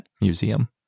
museum